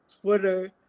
Twitter